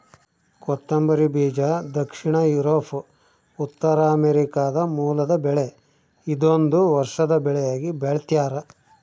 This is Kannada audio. ಕೊತ್ತಂಬರಿ ಬೀಜ ದಕ್ಷಿಣ ಯೂರೋಪ್ ಉತ್ತರಾಮೆರಿಕಾದ ಮೂಲದ ಬೆಳೆ ಇದೊಂದು ವರ್ಷದ ಬೆಳೆಯಾಗಿ ಬೆಳ್ತ್ಯಾರ